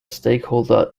stakeholder